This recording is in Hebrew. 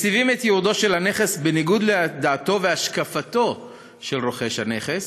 מסבים את ייעודו של הנכס בניגוד לדעתו והשקפתו של רוכש הנכס